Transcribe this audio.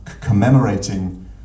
commemorating